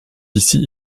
ici